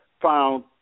found